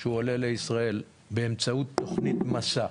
שהוא עולה לישראל באמצעות 'תוכנית מסע'.